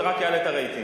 זה רק יעלה את הרייטינג.